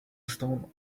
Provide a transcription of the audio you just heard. stone